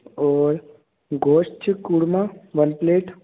और गोश्त korma one plate